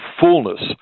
fullness